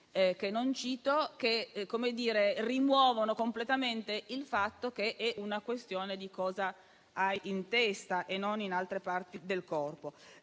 che non cito - che rimuovono completamente il fatto che si tratti di cosa si ha in testa e non in altre parti del corpo.